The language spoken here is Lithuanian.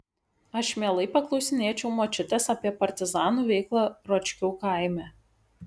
aš mielai paklausinėčiau močiutės apie partizanų veiklą ročkių kaime